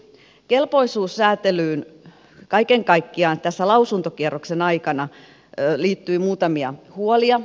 kelpoisuussäätelyyn kaiken kaikkiaan tässä lausuntokierroksen aikana liittyi muutamia huolia